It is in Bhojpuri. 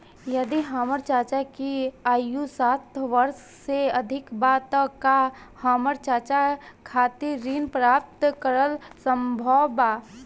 यदि हमर चाचा की आयु साठ वर्ष से अधिक बा त का हमर चाचा खातिर ऋण प्राप्त करल संभव बा